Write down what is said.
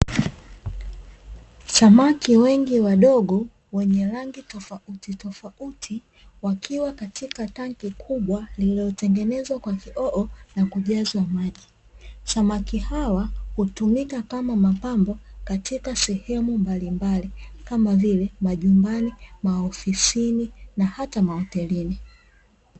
Samaki wengi wadogo wenye rangi tofauti tofauti, wakiwa katika tanki kubwa lililotengenezwa kwa kioo. Samaki hawa hutumika kama mapambo katika sehemu mbalimbali kama vile majumbani, maofisini na hata mahotelini.